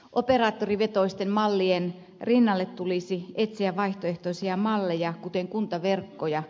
operaattorivetoisten mallien rinnalle tulisi etsiä vaihtoehtoisia malleja kuten kuntaverkkoja